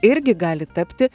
irgi gali tapti